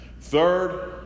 Third